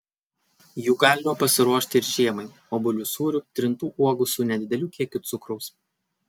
jų galima pasiruošti ir žiemai obuolių sūrių trintų uogų su nedideliu kiekiu cukraus